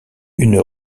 une